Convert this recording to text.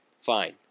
Fine